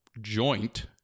Joint